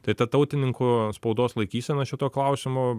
tai ta tautininkų spaudos laikysena šituo klausimu